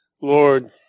Lord